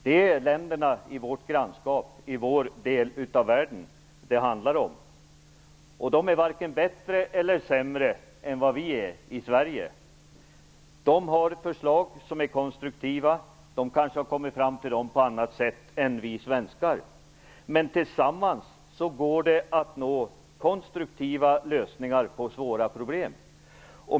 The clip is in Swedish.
Det är länderna i vårt grannskap och i vår del av värden som det handlar om, och de är varken bättre eller sämre än vad vi är i Sverige. De har konstruktiva förslag. De har kanske kommit fram till dem på annat sätt än vi svenskar, men tillsammans kan vi nå konstruktiva lösningar på svåra problem.